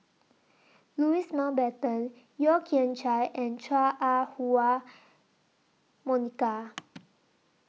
Louis Mountbatten Yeo Kian Chye and Chua Ah Huwa Monica